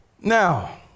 Now